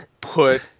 put